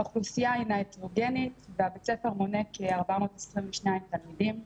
האוכלוסייה הינה הטרוגנית ובית הספר מונה כ-422 תלמידים.